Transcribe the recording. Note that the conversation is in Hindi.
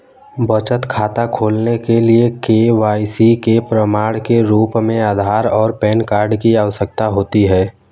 बचत खाता खोलने के लिए के.वाई.सी के प्रमाण के रूप में आधार और पैन कार्ड की आवश्यकता होती है